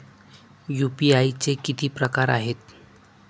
UPI चे किती प्रकार आहेत?